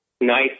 nice